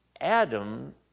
Adam